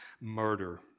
Murder